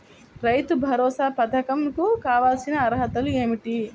రైతు భరోసా పధకం కు కావాల్సిన అర్హతలు ఏమిటి?